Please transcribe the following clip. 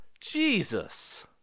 jesus